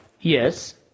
Yes